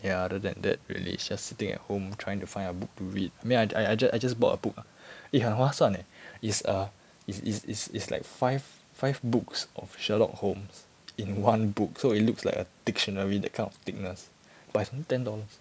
ya other than that really just sitting at home trying to find a book to read I mean I I just I just bought a book ah eh 很划算 leh is err is is is is like five five books of sherlock holmes in one book so it looks like a dictionary that kind of thickness but is only ten dollars